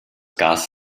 gas